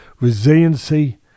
resiliency